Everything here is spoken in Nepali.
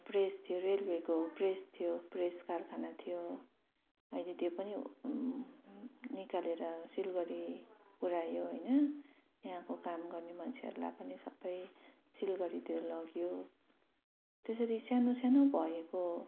प्रेस थियो रेल्वेको प्रेस थियो प्रेस कारखाना थियो अहिले त्यो पनि निकालेर सिलगडी पुर्यायो होइन यहाँको काम गर्ने मान्छेहरूलाई पनि सबै सिलगडीतिर लग्यो त्यसरी सानो सानो भएको